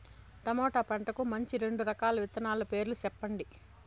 tomato పంటకు మంచి రెండు రకాల విత్తనాల పేర్లు సెప్పండి